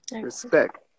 respect